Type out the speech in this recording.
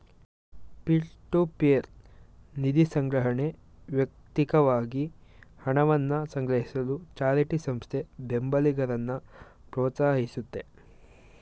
peer to peer ನಿಧಿಸಂಗ್ರಹಣೆ ವ್ಯಕ್ತಿಕವಾಗಿ ಹಣವನ್ನ ಸಂಗ್ರಹಿಸಲು ಚಾರಿಟಿ ಸಂಸ್ಥೆ ಬೆಂಬಲಿಗರನ್ನ ಪ್ರೋತ್ಸಾಹಿಸುತ್ತೆ